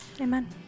Amen